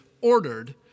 ordered